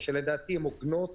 שלדעתי הן הוגנות,